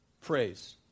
Praise